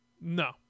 no